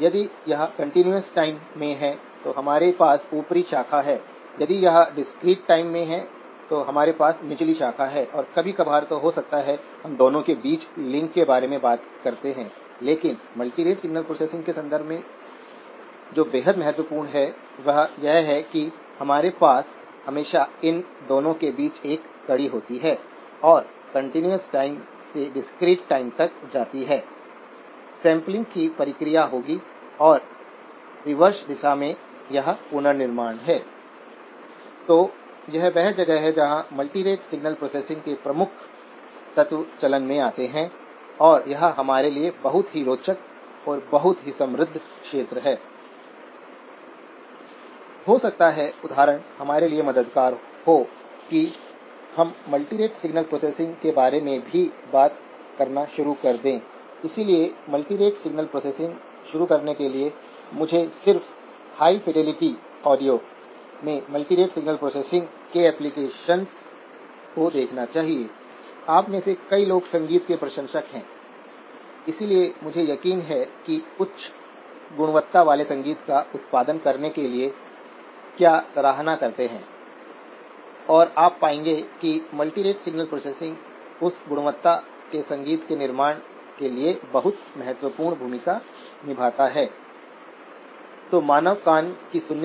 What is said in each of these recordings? तो यह तब तक लिमिट है जब तक vi इससे कम नहीं है ट्रांजिस्टर सैचुरेशन रीजन में होगा अब सहजता से यह स्पष्ट है कि क्यों ट्रांजिस्टर ट्राइओड रीजन में प्रवेश कर सकता है ऐसा होता है जब गेट पाज़िटिव में स्विंग हो जाता है जब पाज़िटिव viगेट वोल्टेज इसके क्वोशन्ट वोल्टेज से आगे बढ़ता है और चूंकि गेट वोल्टेज बढ़ता है ड्रेन करंट बढ़ता है और एक ड्रेन करंट के रूप में जो इस तरह खींच रहा है ड्रेन वोल्टेज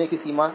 गिर जाएगा